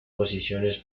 posiciones